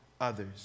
others